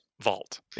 vault